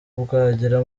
bwagera